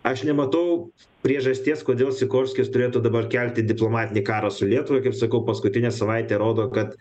aš nematau priežasties kodėl sikorskis turėtų dabar kelti diplomatinį karą su lietuva kaip sakau paskutinė savaitė rodo kad